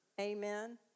amen